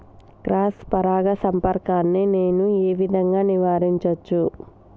Cross పరాగ సంపర్కాన్ని నేను ఏ విధంగా నివారించచ్చు?